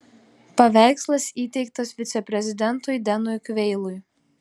paveikslas įteiktas viceprezidentui denui kveilui